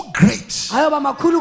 great